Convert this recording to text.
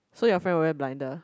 so your friend always blinder